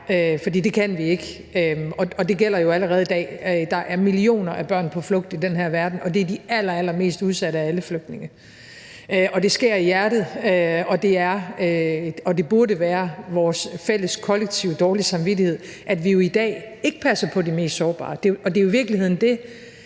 For det kan vi ikke, og det gælder jo allerede i dag. Der er millioner af børn på flugt i den her verden, og det er de allerallermest udsatte af alle flygtninge. Det skærer i hjertet, og det er og burde være vores fælles, kollektive dårlige samvittighed, at vi jo i dag ikke passer på de mest sårbare. Det er jo i virkeligheden det